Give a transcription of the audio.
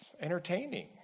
entertaining